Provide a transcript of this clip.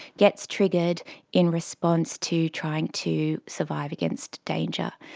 gets triggered in response to trying to survive against danger.